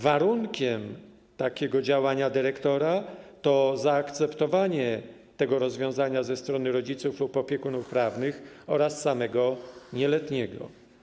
Warunkiem takiego działania dyrektora jest zaakceptowanie tego rozwiązania ze strony rodziców lub opiekunów prawnych oraz samego nieletniego.